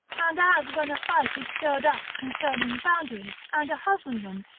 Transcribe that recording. and as when a fight is stirred up concerning boundaries, and a husbandman,